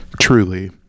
Truly